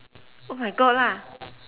oh my god lah